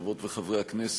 חברות וחברי הכנסת,